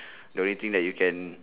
the only thing that you can